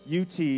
UT